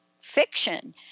fiction